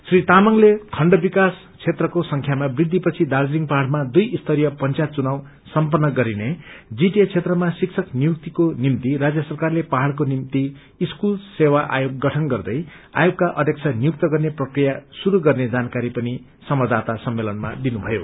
श्री तामंगले खण्ड विकास क्षेत्रको संख्यामा वृद्धिपछि दार्जीलिङ पहाडमा दुई स्तरीय पंचायत चुनाव सम्पन्न गरिने जीटिए क्षेत्रमा शिक्षक नियुक्तिको निमित राज्य सरकारले पहाड़को निम्ति स्कूल सेवा आयोग गठन गर्दै आयोगका अध्यक्ष नियुक्त गर्ने प्रक्रिया शुरू गर्ने जानकारी पनि संवाददाता सम्मेलनमा दिनुभयो